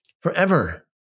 Forever